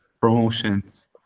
promotions